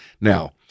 Now